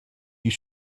you